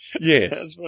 Yes